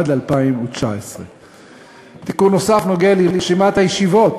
עד 2019. תיקון נוסף נוגע לרשימת הישיבות